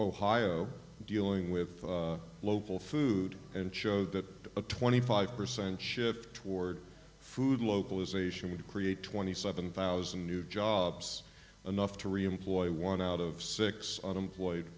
ohio dealing with local food and showed that a twenty five percent shift toward food localization would create twenty seven thousand new jobs enough to reemploy one out of six unemployed